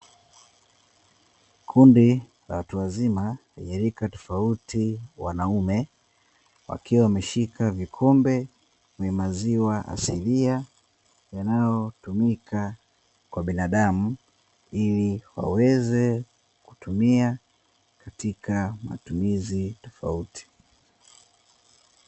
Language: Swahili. Kundi la watu wazima wenye rika tofauti wanaume wakiwa wameshika vikombe vya maziwa asilia yanayotumika kwa binadamu, ili waweze kutumia katika matumizi tofauti.